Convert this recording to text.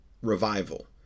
revival